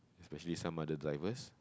especially some other drivers